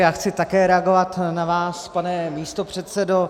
Já chci také reagovat na vás, pane místopředsedo.